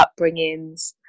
upbringings